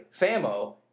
FAMO